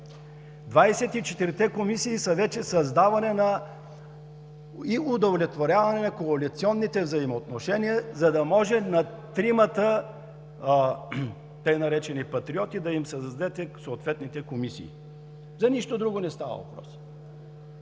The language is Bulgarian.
24-те комисии вече са за създаване и удовлетворяване на коалиционните взаимоотношения, за да може на тримата, тъй наречени „патриоти“, да им се раздадат съответните комисии. За нищо друго не става въпрос!